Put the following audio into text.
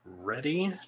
ready